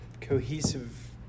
Cohesive